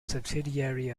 subsidiary